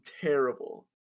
terrible